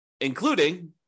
including